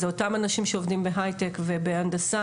זה אותם אנשים שעובדים בהייטק ובהנדסה,